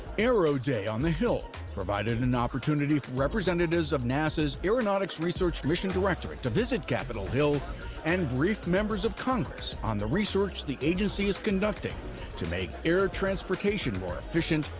aero day on the hill provided an and opportunity for representatives of nasa's aeronautics research mission directorate to visit capitol hill and brief members of congress on the research the agency is conducting to make air transportation more efficient,